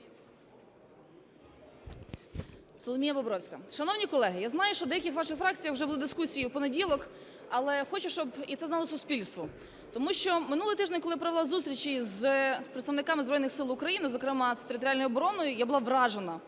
Соломія Бобровська. Шановні колеги, я знаю, що в деяких ваших фракціях вже були дискусії в понеділок, але хочу, щоб і це знало суспільство. Тому що минулого тижня, коли я провела зустрічі з представниками Збройних Сил України, зокрема з територіальною обороною, я була вражена.